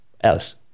else